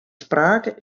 sprake